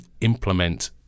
implement